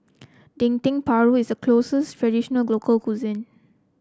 Dendeng Paru is a local cuisine